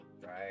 Right